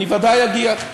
אני ודאי אגיע.